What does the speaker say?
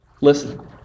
Listen